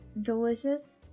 Delicious